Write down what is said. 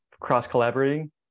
cross-collaborating